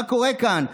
מה קורה כאן?